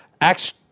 Acts